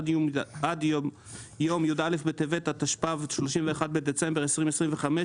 עד יום י"א בטבת התשפ"ו (31 בדצמבר 2025),